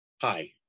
Hi